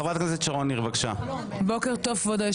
חברת הכנסת שרון ניר, בבקשה.